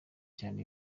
cyane